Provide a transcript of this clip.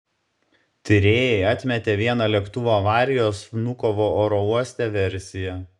tyrėjai atmetė vieną lėktuvo avarijos vnukovo oro uoste versiją